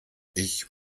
ich